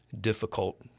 difficult